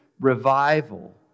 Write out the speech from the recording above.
revival